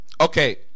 okay